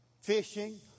fishing